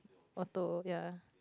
auto ya